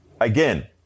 again